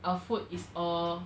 our food is all